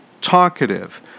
talkative